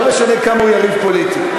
לא משנה כמה הוא יריב פוליטי.